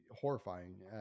horrifying